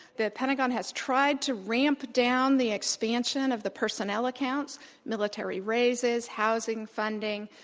the pentagon has tried to ramp down the expansion of the personnel account military raises, housing, funding,